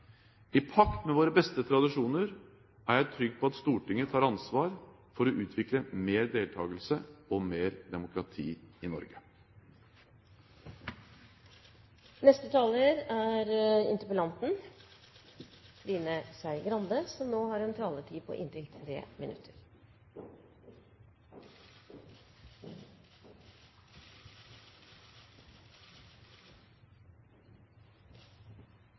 I pakt med våre beste tradisjoner er jeg trygg på at Stortinget tar ansvar for å utvikle mer deltakelse og mer demokrati i Norge. Jeg takker statsministeren for svaret. Det var mye jeg var veldig enig i. Når det gjelder synet på